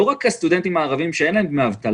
לא רק הסטודנטים הערבים שאין להם דמי אבטלה,